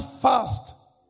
fast